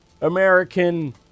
American